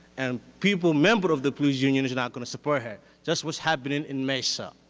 and people members of the police union are not going to support her, just what's happening in mesa.